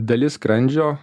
dalis skrandžio